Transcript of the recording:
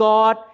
God